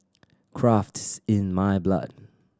craft is in my blood